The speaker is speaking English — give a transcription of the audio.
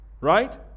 right